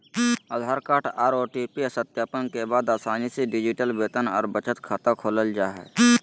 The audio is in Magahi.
आधार कार्ड आर ओ.टी.पी सत्यापन के बाद आसानी से डिजिटल वेतन आर बचत खाता खोलल जा हय